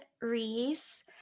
Reese